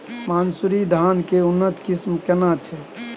मानसुरी धान के उन्नत किस्म केना छै?